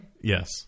Yes